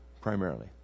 primarily